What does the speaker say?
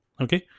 okay